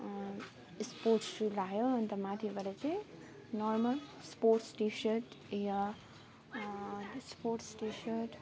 sports shoe लगायो अन्त माथिबाट चाहिँ नर्मल स्पोर्ट्स टी सर्ट या स्पोर्ट्स टि सर्ट